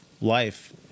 life